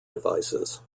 devices